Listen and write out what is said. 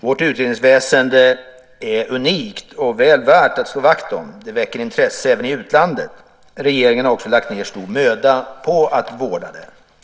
Vårt utredningsväsende är unikt och väl värt att slå vakt om. Det väcker intresse även i utlandet. Regeringen har också lagt ned stor möda på att vårda det.